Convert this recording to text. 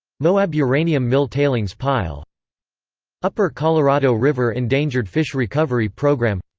moab uranium mill tailings pile upper colorado river endangered fish recovery program